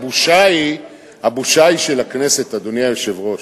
הבושה היא של הכנסת, אדוני היושב-ראש.